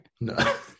No